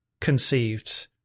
conceived